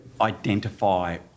identify